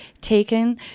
taken